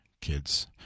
kids